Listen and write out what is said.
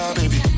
baby